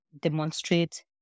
demonstrate